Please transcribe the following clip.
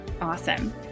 Awesome